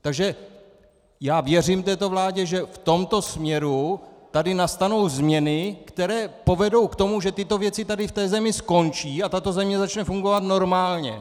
Takže já věřím této vládě, že v tomto směru tady nastanou změny, které povedou k tomu, že tyto věci v této zemi skončí a tato země začne fungovat normálně!